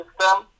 system